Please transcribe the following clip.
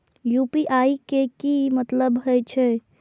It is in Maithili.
यू.पी.आई के की मतलब हे छे?